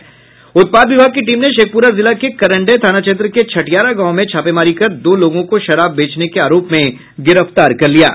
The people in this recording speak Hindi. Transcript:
वहीं उत्पाद विभाग की टीम ने शेखपुरा जिला के करण्डेय थाना क्षेत्र के छठियारा गांव में छापामारी कर दो लोगों को शराब बेचने के आरोप में गिरफ्तार किया है